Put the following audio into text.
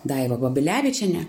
daiva babilevičienė